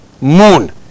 moon